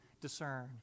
discern